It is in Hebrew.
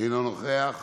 אינו נוכח,